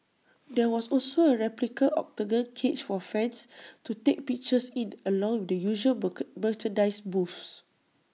there was also A replica Octagon cage for fans to take pictures in along with the usual merchandise booths